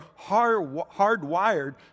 hardwired